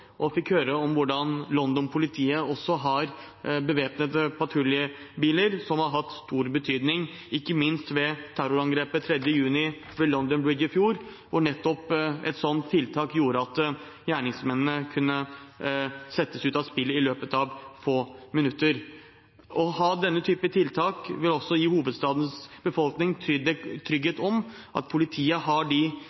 og fikk høre om at London-politiet har bevæpnede patruljebiler som har hatt stor betydning, ikke minst ved terrorangrepet på London Bridge 3. juni i fjor. Nettopp et slikt tiltak gjorde at gjerningsmennene kunne settes ut av spill i løpet av få minutter. Å ha denne type tiltak vil gi hovedstadens befolkning